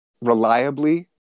reliably